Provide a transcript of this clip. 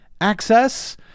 access